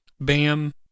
Bam